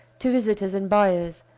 to visitors and buyers,